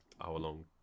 hour-long